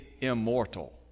immortal